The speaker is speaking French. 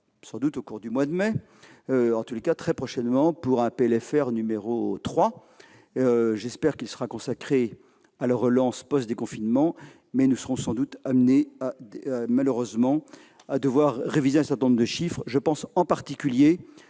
sans doute au cours du mois de mai, en tout cas très prochainement, pour un PLFR n° 3. J'espère qu'il sera consacré à la relance post-déconfinement, mais nous serons sans doute, malheureusement, dans l'obligation de réviser un certain nombre de chiffres- je pense en particulier